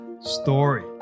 story